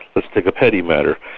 let's take a petty matter.